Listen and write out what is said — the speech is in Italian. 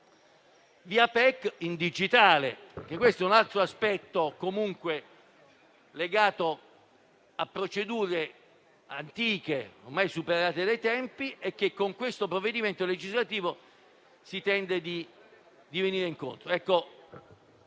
via PEC, in digitale. Questo è un altro aspetto comunque legato a procedure antiche, ormai superate dai tempi e alle quali con questo provvedimento legislativo si tende ad andare incontro.